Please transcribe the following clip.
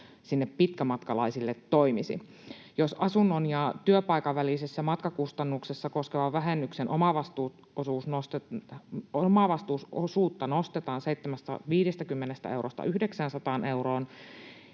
sinne pitkämatkalaisille toimisi. Jos asunnon ja työpaikan välistä matkakustannusta koskevan vähennyksen omavastuuosuutta nostetaan 750 eurosta 900 euroon,